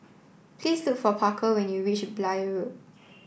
please look for Parker when you reach Blair Road